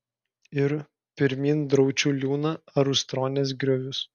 ir pirmyn į draučių liūną ar ustronės griovius